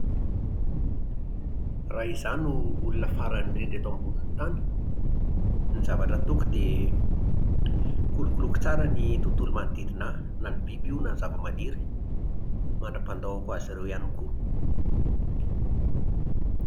Raha izaho no olona farany indrindra eto ambonin'ny tany, ny zavatra ataoko dia kolokoloiko tsara ny tontolo manodidina ahy, na ny biby io na ny zavamaniry mandra-pandaoko azy ireo ihany koa.